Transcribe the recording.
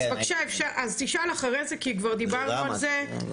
אז בבקשה, תשאל אחרי זה, כי כבר דיברנו על זה.